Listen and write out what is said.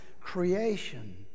creation